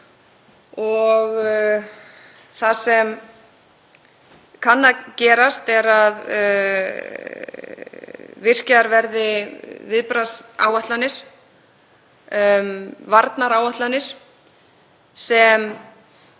og það sem kann að gerast er að virkjaðar verði viðbragðsáætlanir, varnaráætlanir.